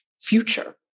future